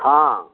हँ